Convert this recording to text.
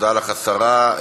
תודה לך, השרה.